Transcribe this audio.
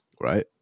right